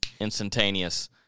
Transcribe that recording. instantaneous